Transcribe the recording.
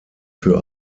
für